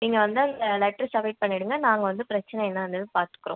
நீங்கள் வந்து அந்த லெட்ரு சம்மிட் பண்ணிடுங்க நாங்கள் வந்து பிரச்சனை என்னான்றதை பார்த்துக்குறோம்